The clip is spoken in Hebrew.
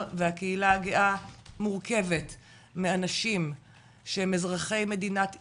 והקהילה הגאה מורכבת מאנשים שהם אזרחי מדינת ישראל,